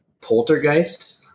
Poltergeist